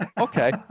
okay